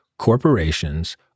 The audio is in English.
Corporations